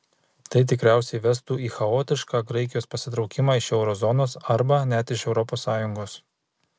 tai tikriausiai vestų į chaotišką graikijos pasitraukimą iš euro zonos arba net iš europos sąjungos